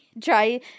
try